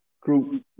group